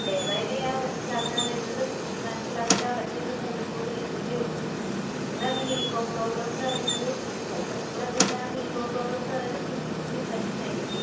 day by ഡേയാ മനസ്സിലാക്കാൻ വരുന്നത് മനസ്സിലാക്കാൻ പറ്റുന്നത് കൂടി കൂടി വരുന്നതെ ഉള്ളൂ നിങ്ങൾ തമ്മിൽ ഈഗോ പ്രോബ്ലെംന്ന് പറയുന്നത് ചിലപ്പം നിങ്ങൾ തമ്മിലുണ്ടാകുന്ന ഈഗോ പ്രോബ്ലെംന്ന് പറയുന്നത് കുഞ്ഞി കുഞ്ഞി പ്രശ്നം ആയിരിക്കും